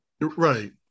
Right